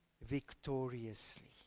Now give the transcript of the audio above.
victoriously